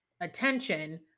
attention